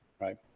right